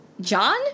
John